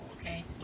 okay